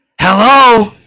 Hello